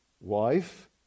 wife